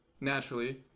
naturally